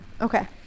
Okay